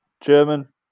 German